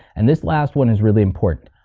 and this last one is really important.